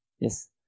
yes